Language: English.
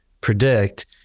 predict